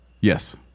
Yes